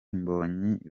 mbonyi